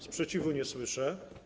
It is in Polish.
Sprzeciwu nie słyszę.